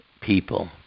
people